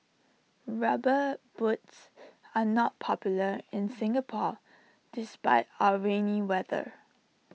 rubber boots are not popular in Singapore despite our rainy weather